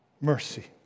mercy